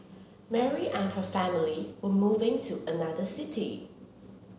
Mary and her family were moving to another city